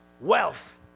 Wealth